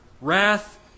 wrath